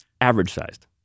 Average-sized